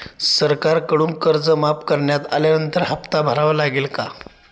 सरकारकडून कर्ज माफ करण्यात आल्यानंतर हप्ता भरावा लागेल का?